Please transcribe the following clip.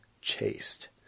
chaste